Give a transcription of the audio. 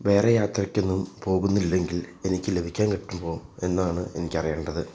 വേറെ യാത്രയ്ക്കൊന്നും പോകുന്നില്ലെങ്കിൽ എനിക്ക് ലഭിക്കാൻ കിട്ടുമോ എന്നാണ് എനിക്കറിയേണ്ടത്